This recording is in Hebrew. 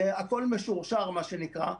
זה הכול משורשר, מה שנקרא.